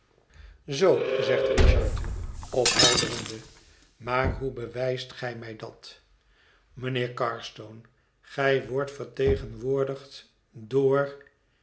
zoo zegt richard ophelderende maar hoe bewijst gij mij dat mijnheer carstone gij wordt vertegenwoordigd door